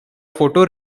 photo